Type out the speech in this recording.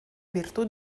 virtut